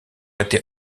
été